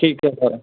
ਠੀਕ ਹੈ ਸਰ